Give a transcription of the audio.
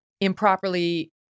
improperly